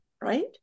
right